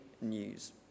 news